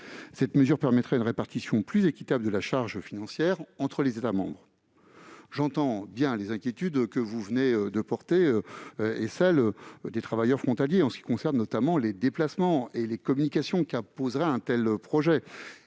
Cette mesure permettrait une répartition plus équitable de la charge financière entre les États membres. J'entends bien les inquiétudes dont vous avez fait part, notamment celles des travailleurs frontaliers s'agissant des déplacements et des communications qu'imposerait un tel projet.